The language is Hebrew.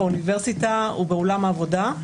באוניברסיטה ובעולם העבודה.